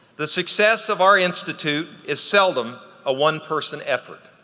the success of our institute is seldom a one person effort.